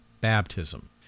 baptism